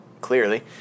clearly